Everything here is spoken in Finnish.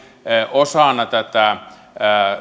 osana tätä